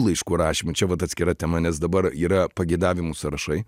laiškų rašymu čia vat atskira tema nes dabar yra pageidavimų sąrašai